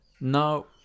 no